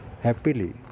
happily